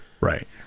Right